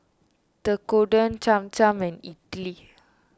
Tekkadon Cham Cham and Idili